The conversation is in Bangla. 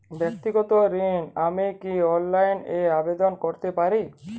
ব্যাক্তিগত ঋণ আমি কি অনলাইন এ আবেদন করতে পারি?